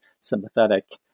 sympathetic